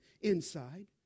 Inside